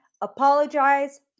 Apologize